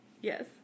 Yes